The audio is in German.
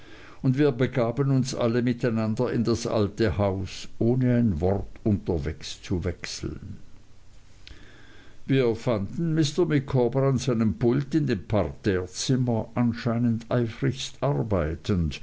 und wir begaben uns alle miteinander in das alte haus ohne ein wort unterwegs zu wechseln wir fanden mr micawber an seinem pult in dem parterrezimmer anscheinend eifrigst arbeitend